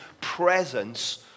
presence